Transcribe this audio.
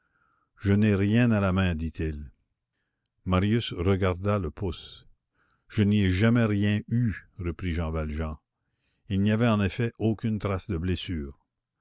je n'ai rien à la main dit-il marius regarda le pouce je n'y ai jamais rien eu reprit jean valjean il n'y avait en effet aucune trace de blessure